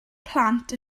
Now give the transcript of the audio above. plant